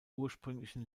ursprünglichen